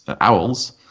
owls